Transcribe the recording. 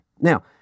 Now